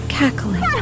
Cackling